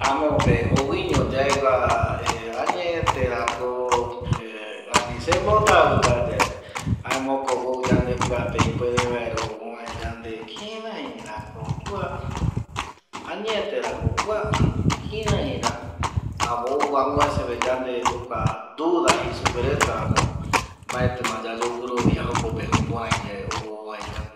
Amope ouiño yaegua añeterako ani sembotavɨra yae jaema jokogui ou yandepɨape ipuere vaera öe yande kirairako kua añete rako kua ani kiraira jaema ou amovecepe yande jokua duda jei superetavano mbaetɨma yayoguɨrovia jukuraiyae ou ovae yandeyae